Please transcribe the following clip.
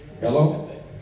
Hello